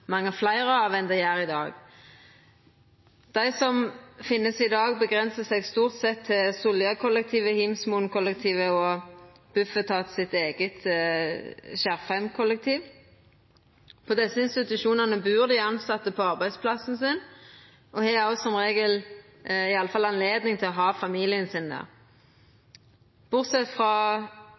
mange fleire av enn det gjer i dag. Dei som finst i dag, avgrensar seg stort sett til Solliakollektivet, Hiimsmoenkollektivet og Bufetats eige Skjerfheimkollektivet. På desse institusjonane bur dei tilsette på arbeidsplassen sin, og har òg – som regel, i alle fall – anledning til å ha familien sin der, bortsett frå